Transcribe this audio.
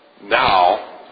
now